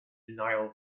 denial